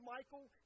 Michael